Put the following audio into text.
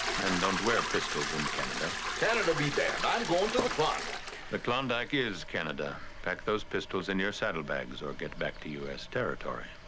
men don't wear pistols in canada canada be damned, i'm going to the klondike. the klondike is canada. pack those pistols in your saddlebags or get back to u s. territory.